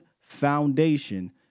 foundation